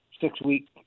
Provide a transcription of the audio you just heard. six-week